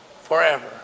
forever